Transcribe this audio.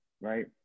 right